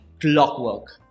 clockwork